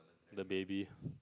the baby